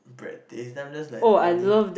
bread thing and then I'm just like nani